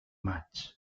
maig